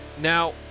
Now